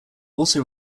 also